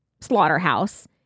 slaughterhouse